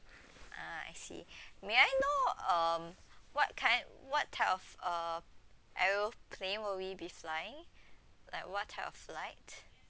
ah I see may I know um what kind what type of uh aeroplane will we be flying like what type of flight